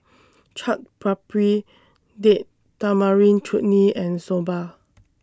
Chaat Papri Date Tamarind Chutney and Soba